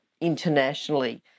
internationally